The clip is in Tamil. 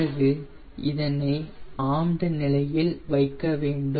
பிறகு இதனை ஆர்ம்டு நிலையில் வைக்க வேண்டும்